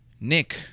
Nick